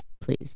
Please